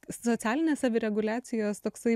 socialinės savireguliacijos toksai